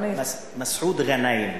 מסעוד ע'נאים.